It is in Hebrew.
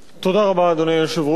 אדוני היושב-ראש,